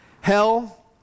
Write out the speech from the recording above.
Hell